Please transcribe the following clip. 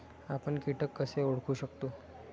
आपण कीटक कसे ओळखू शकतो?